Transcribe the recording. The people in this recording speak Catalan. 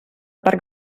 parc